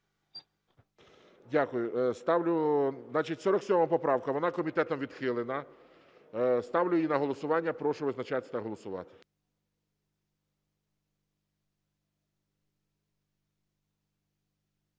Дякую. 47 поправка, вона комітетом відхилена. Ставлю її на голосування. Прошу визначатися та голосувати.